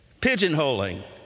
pigeonholing